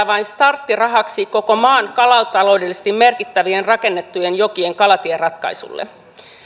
vain starttirahaksi koko maan kalataloudellisesti merkittävien rakennettujen jokien kalatieratkaisulle